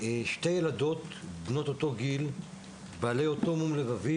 שתי ילדות בנות אותו גיל עם אותו מום לבבי,